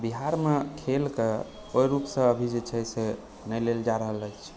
बिहारमे खेलकऽ ओहि रुपसँ जे अभी जे छै से नहि लेल जा रहल अछि